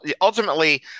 ultimately